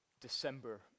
December